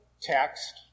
text